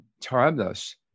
timeless